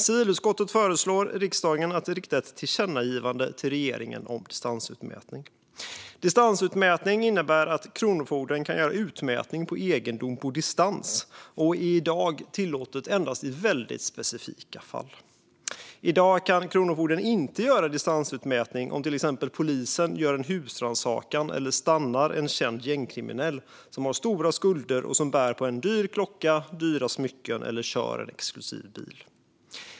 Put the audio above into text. Civilutskottet föreslår att riksdagen ska rikta ett tillkännagivande till regeringen om distansutmätning. Distansutmätning innebär att Kronofogden kan göra utmätning av egendom på distans och är i dag tillåtet endast i väldigt specifika fall. I dag kan Kronofogden inte göra distansutmätning om polisen till exempel gör en husrannsakan eller stannar en känd gängkriminell som har stora skulder, bär en dyr klocka och dyra smycken eller kör en exklusiv bil.